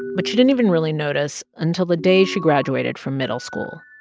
but she didn't even really notice until the day she graduated from middle school.